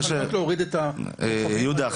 יהודה,